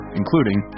including